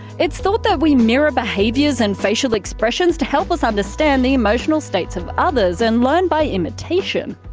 it's thought that we mirror behaviours and facial expressions to help us understand the emotional states of others and learn by imitation.